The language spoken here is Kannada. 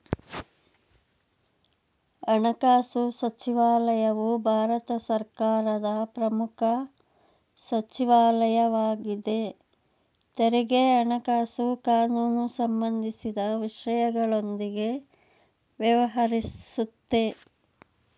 ಹಣಕಾಸು ಸಚಿವಾಲಯವು ಭಾರತ ಸರ್ಕಾರದ ಪ್ರಮುಖ ಸಚಿವಾಲಯವಾಗಿದೆ ತೆರಿಗೆ ಹಣಕಾಸು ಕಾನೂನು ಸಂಬಂಧಿಸಿದ ವಿಷಯಗಳೊಂದಿಗೆ ವ್ಯವಹರಿಸುತ್ತೆ